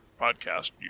podcast